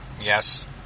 Yes